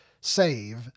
save